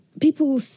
people